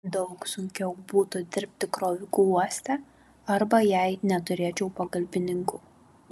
daug sunkiau būtų dirbti kroviku uoste arba jei neturėčiau pagalbininkų